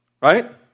Right